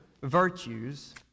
virtues